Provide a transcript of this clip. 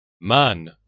Man